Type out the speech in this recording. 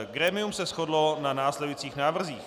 Grémium se shodlo na následujících návrzích.